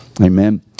amen